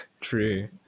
True